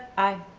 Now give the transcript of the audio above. i.